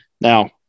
Now